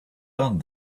done